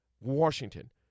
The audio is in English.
Washington